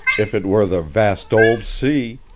if it were the vast old sea,